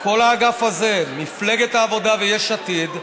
כל האגף הזה, מפלגת העבודה ויש עתיד,